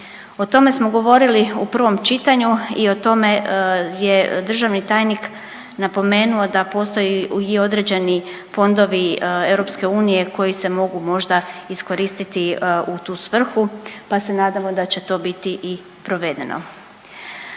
O tome smo govorili u prvom čitanju i o tome je državni tajnik napomenuo da postoji i određeni fondovi EU koji se mogu možda iskoristiti u tu svrhu, pa se nadamo da će to biti i provedeno.